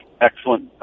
Excellent